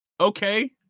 Okay